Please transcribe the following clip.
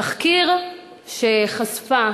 תחקיר שחשפה